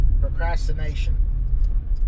procrastination